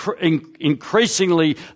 increasingly